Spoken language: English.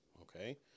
Okay